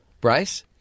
Bryce